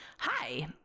hi